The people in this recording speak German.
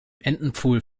entenpfuhl